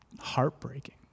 heartbreaking